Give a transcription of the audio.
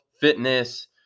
fitness